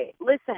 Listen